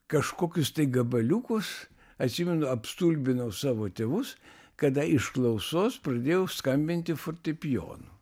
kažkokius tai gabaliukus atsimenu apstulbinau savo tėvus kada iš klausos pradėjau skambinti fortepijonu